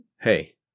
Hey